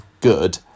good